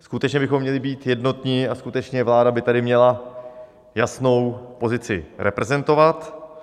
Skutečně bychom měli být jednotní a skutečně vláda by tady měla jasnou pozici reprezentovat.